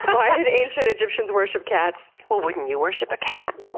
why did ancient egyptians worship cats? well, wouldn't you worship a cat?